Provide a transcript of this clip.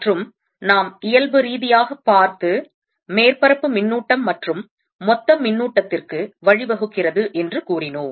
மற்றும் நாம் இயல்பு ரீதியாக பார்த்து மேற்பரப்பு மின்னூட்டம் மற்றும் மொத்த மின்னூட்டத்திற்கு வழிவகுக்கிறது என்று கூறினோம்